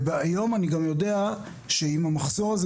היום אני גם יודע שעם המחסור הזה